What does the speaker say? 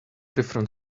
different